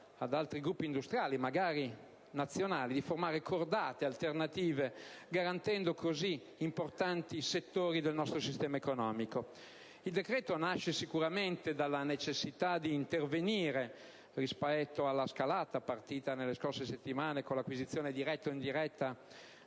ad altri gruppi industriali, magari nazionali, di formare cordate alternative garantendo importanti settori del nostro sistema economico. Il decreto nasce sicuramente dalla necessità di intervenire rispetto alla scalata partita nelle scorse settimane con l'acquisizione, diretta o indiretta,